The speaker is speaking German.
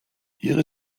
ihre